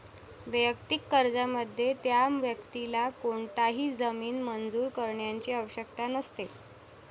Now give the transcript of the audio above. वैयक्तिक कर्जामध्ये, त्या व्यक्तीला कोणताही जामीन मंजूर करण्याची आवश्यकता नसते